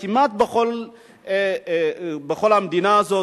כמעט בכל המדינה הזאת,